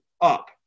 up